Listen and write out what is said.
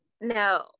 no